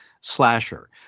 slasher